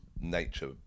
nature